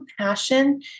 passion